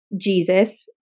Jesus